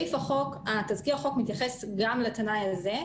תזכיר החוק מתייחס גם לתנאי הזה,